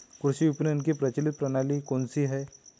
कृषि विपणन की प्रचलित प्रणाली कौन सी है?